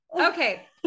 okay